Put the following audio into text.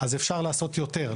אפשר לעשות יותר.